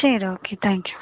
chair okay thank you